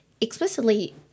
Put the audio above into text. explicitly